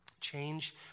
Change